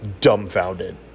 dumbfounded